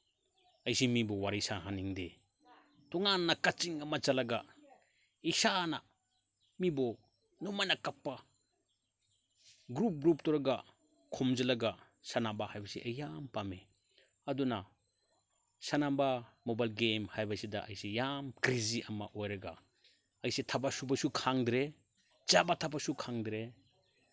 ꯑꯩꯁꯤ ꯃꯤꯕꯨ ꯋꯥꯔꯤ ꯁꯥꯍꯟꯅꯤꯡꯗꯦ ꯇꯣꯡꯉꯥꯟꯅ ꯀꯥꯆꯤꯟ ꯑꯃ ꯆꯠꯂꯒ ꯏꯁꯥꯅ ꯃꯤꯕꯨ ꯅꯣꯡꯃꯩꯅ ꯀꯥꯞꯄ ꯒ꯭ꯔꯨꯞ ꯒ꯭ꯔꯨꯞ ꯇꯧꯔꯒ ꯈꯨꯝꯖꯤꯜꯂꯒ ꯁꯥꯟꯅꯕ ꯍꯥꯏꯕꯁꯤ ꯑꯩ ꯌꯥꯝ ꯄꯥꯝꯃꯤ ꯑꯗꯨꯅ ꯁꯥꯟꯅꯕ ꯃꯣꯕꯥꯏꯜ ꯒꯦꯝ ꯍꯥꯏꯕꯁꯤꯗ ꯑꯩꯁꯤ ꯌꯥꯝ ꯀ꯭ꯔꯦꯖꯤ ꯑꯃ ꯑꯣꯏꯔꯒ ꯑꯩꯁꯦ ꯊꯕꯛ ꯁꯨꯕꯁꯨ ꯈꯪꯗ꯭ꯔꯦ ꯆꯥꯕ ꯊꯛꯄꯁꯨ ꯈꯪꯗ꯭ꯔꯦ